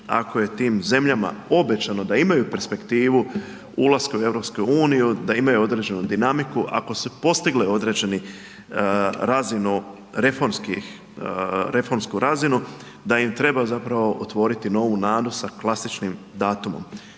Ako je tim zemljama obećano da imaju perspektivu ulaska u EU da imaju određenu dinamiku, ako su postigle određeni razinu reformsku razinu, da im treba zapravo otvoriti novu .../nerazumljivo/... sa klasičnim datumom.